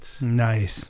Nice